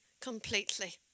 completely